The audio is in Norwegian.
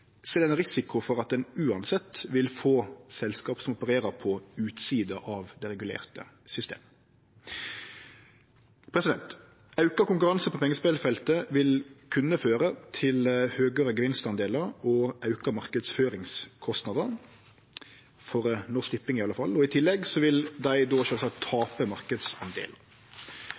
er det ein risiko for at ein uansett vil få selskap som opererer på utsida av det regulerte systemet. Auka konkurranse på pengespelfeltet vil kunne føre til høgare gevinstdelar og auka marknadsføringskostnadar, for Norsk Tipping i alle fall, og i tillegg vil dei då sjølvsagt tape